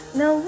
no